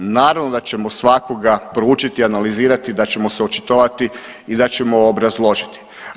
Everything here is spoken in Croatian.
Naravno da ćemo svakoga proučiti, analizirati, da ćemo se očitovati i da ćemo obrazložiti.